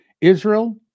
Israel